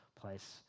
place